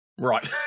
Right